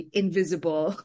invisible